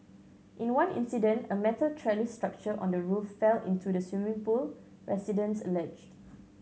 in one incident a metal trellis structure on the roof fell into the swimming pool residents alleged